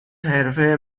حرفه